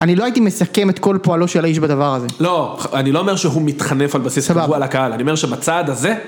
אני לא הייתי מסכם את כל פועלו של האיש בדבר הזה. לא, אני לא אומר שהוא מתחנף על בסיס קבוע לקהל, אני אומר שבצעד הזה...